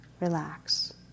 relax